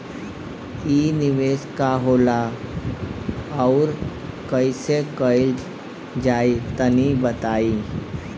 इ निवेस का होला अउर कइसे कइल जाई तनि बताईं?